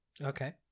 Okay